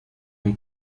ont